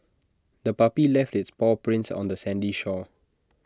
the puppy left its paw prints on the sandy shore